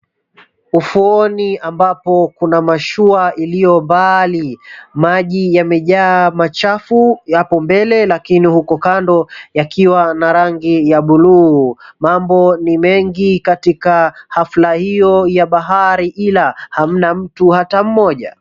Ufuoni ambapo kuna mashua iliyo mbali, maji yamejaa machafu yapo mbele lakini huku kando yakiwa na rangi ya bluu, mambo ni mengi katika hafla hiyo ya bahari ila hamna mtu ata mmoja.